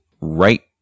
right